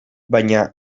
baina